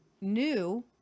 new